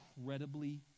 incredibly